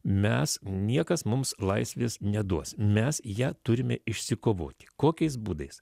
mes niekas mums laisvės neduos mes ją turime išsikovoti kokiais būdais